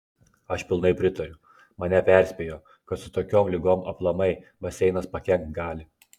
aš pilnai pritariu mane perspėjo kad su tokiom ligom aplamai baseinas pakenkt gali